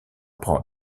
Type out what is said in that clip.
prends